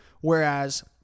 Whereas